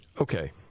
Okay